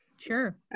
Sure